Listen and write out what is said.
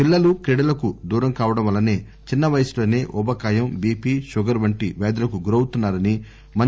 పిల్లలు క్రీడలకు దూరం కావడం వల్లసే చిన్న వయసులోసే ఊబకాయం బీపీ షుగర్ వంటి వ్యాధులకు గురవుతున్నారని అన్నారు